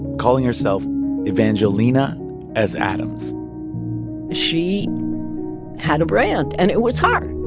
calling herself evangelina s. adams she had a brand and it was her.